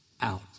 out